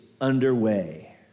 underway